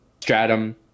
stratum